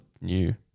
new